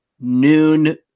noon